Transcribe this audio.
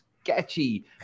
sketchy